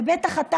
ובטח אתה,